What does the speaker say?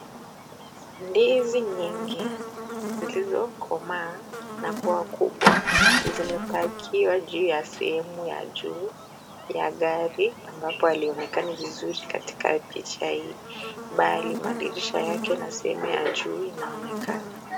Ndizi nyingi zilizokomaa na kuwa kubwa zimepakiwa juu ya sehemu ya juu ya gari, ambapo halionekani vizuri katika picha hii, bali madirisha yake na sehemu ya juu inaonekana.